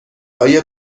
آیا